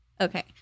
okay